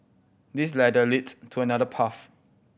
this ladder leads to another path